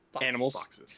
animals